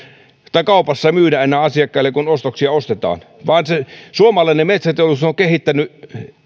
tai kaupassa myydä asiakkaille kun ostoksia ostetaan vaan se suomalainen metsäteollisuus on on kehittänyt